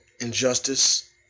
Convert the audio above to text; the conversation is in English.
injustice